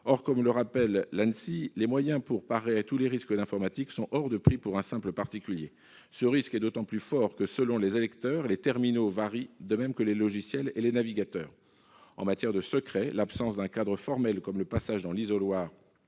d'information (Anssi), les moyens pour parer à tous les risques informatiques sont hors de prix pour un simple particulier. Ce risque est d'autant plus fort que, selon les électeurs, les terminaux varient, de même que les logiciels et les navigateurs. En matière de secret, l'absence d'un cadre formel comme le passage dans l'isoloir